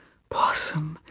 possum,